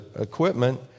equipment